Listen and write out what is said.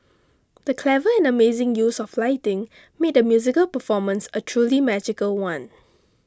the clever and amazing use of lighting made the musical performance a truly magical one